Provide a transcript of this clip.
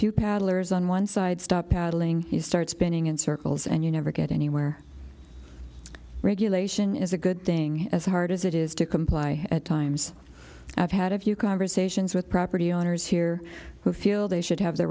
paddlers on one side stop paddling you start spinning in circles and you never get anywhere regulation is a good thing as hard as it is to comply at times i've had a few conversations with property owners here who feel they should have the